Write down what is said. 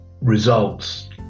results